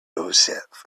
yourself